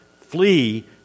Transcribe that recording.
flee